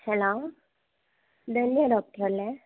hello Dhanya ഡോക്ടറല്ലേ